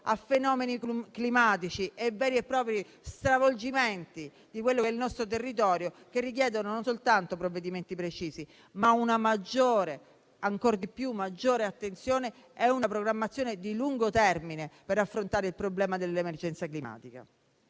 a fenomeni climatici estremi e a veri e propri stravolgimenti del nostro territorio, che richiedono non soltanto provvedimenti precisi, ma anche una maggiore attenzione e una programmazione di lungo termine per affrontare il problema dell'emergenza climatica.